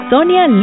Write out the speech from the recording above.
Sonia